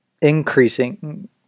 increasing